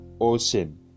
ocean